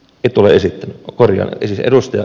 edustaja ei ole esittänyt